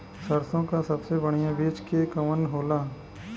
सरसों क सबसे बढ़िया बिज के कवन होला?